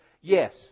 Yes